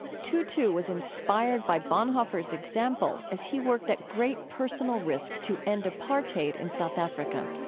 tutu was inspired by bonhoeffer's example as he worked at great personal risk to end apartheid in south africa